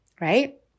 right